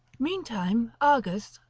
meantime argus,